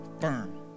firm